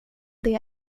det